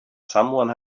someone